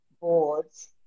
boards